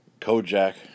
Kojak